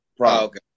okay